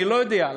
אני לא יודע.